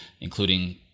including